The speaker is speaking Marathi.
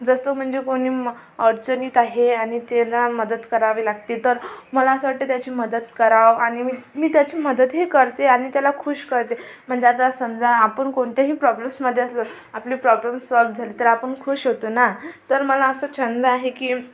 जसं म्हणजे कोणी अडचणीत आहे आणि त्याला मदत करावी लागते तर मला असं वाटतं त्याची मदत करावं आणि मी मी त्याची मदतही करते आणि त्याला खूष करते म्हणजे आता समजा आपण कोणत्याही प्रॉब्लेम्समध्ये असलो आपले प्रॉब्लेम सॉल्व झाले तर आपण खूष होतो ना तर मला असा छंद आहे की